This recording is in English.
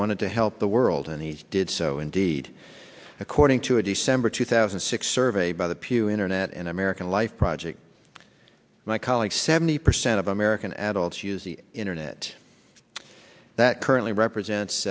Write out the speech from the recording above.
wanted to help the world and he's did so indeed according to a december two thousand and six survey by the pew internet and american life project my colleague seventy percent of american adults use the internet that currently represents